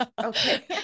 Okay